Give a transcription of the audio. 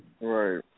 Right